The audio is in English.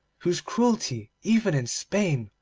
whose cruelty, even in spain,